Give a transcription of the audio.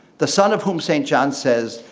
the son of whom saint john says,